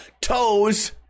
Toes